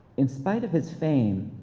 in spite of his fame,